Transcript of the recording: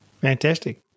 Fantastic